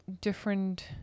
different